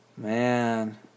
Man